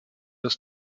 des